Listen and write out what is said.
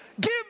Give